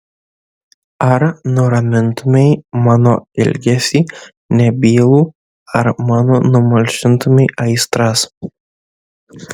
ar nuramintumei mano ilgesį nebylų ar mano numalšintumei aistras